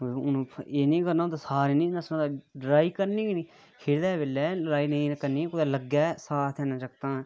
एह् नीं करना होंदा लड़ाई करनी गै नेई खेढदे बेलै लड़ाई करनी गै नेईं कुदै लग्गै ते साथ देना जगतें दा